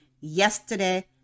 yesterday